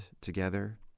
together